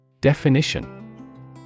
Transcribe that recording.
Definition